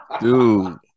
Dude